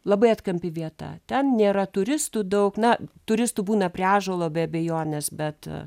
labai atkampi vieta ten nėra turistų daug na turistų būna prie ąžuolo be abejonės bet